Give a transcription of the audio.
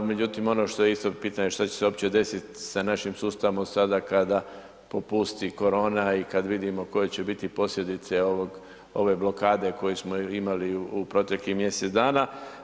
Međutim, ono što je isto pitanje što će se opće desit sa našim sustavom sada kada popusti korona i kad vidimo koje će biti posljedice ovog, ove blokade koju smo imali u proteklih mjesec dana.